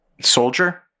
soldier